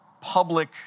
public